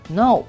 no